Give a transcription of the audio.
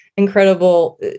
Incredible